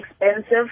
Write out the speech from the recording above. expensive